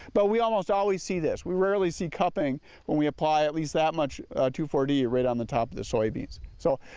but we almost always see this, we rarely see cupping when we apply at least that much two four d right on top of the soybeans so.